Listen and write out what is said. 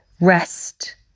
rest